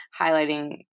highlighting